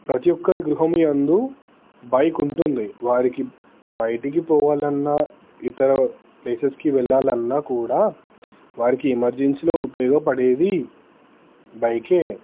ప్రతీ ఒక్కరి గృహము యందు బైకు ఉంటుంది వారికి బయటికి పోవాలన్నా ఇతర ప్లేసెస్కి వెళ్ళాలన్నా కూడా వారికి ఎమర్జెన్సీలో ఉపయోగపడేది బైకే